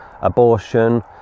abortion